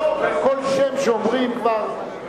בכל שם שאומרים, כבר,